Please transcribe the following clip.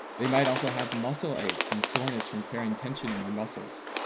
they might also have muscle aches and soreness from carrying tension in their muscles.